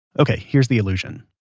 ok, here's the illusion.